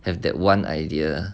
have that one idea